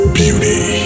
beauty